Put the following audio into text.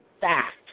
fact